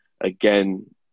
Again